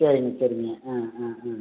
சரிங்க சரிங்க ஆ ஆ ஆ